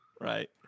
right